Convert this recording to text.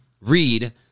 read